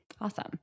Awesome